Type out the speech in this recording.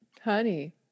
Honey